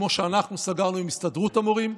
כמו שאנחנו סגרנו עם הסתדרות המורים,